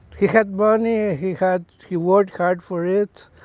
he had money. he had he worked hard for it.